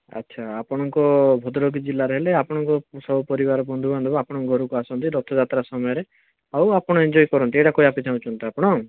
ଆଚ୍ଛା ଆପଣଙ୍କ ଭଦ୍ରକ ଜିଲ୍ଲାରେ ହେଲେ ଆପଣଙ୍କ ସହ ପରିବାର ବନ୍ଧୁବାନ୍ଧବ ଆପଣଙ୍କ ଘରକୁ ଆସନ୍ତି ରଥଯାତ୍ରା ସମୟରେ ଆଉ ଆପଣ ଏଞ୍ଜଜୟ କରନ୍ତି ଏଇଟା କହିବାକୁ ଚାହୁଁଛନ୍ତି ତ ଆପଣ